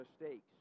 mistakes